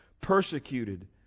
persecuted